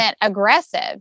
aggressive